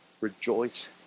Rejoice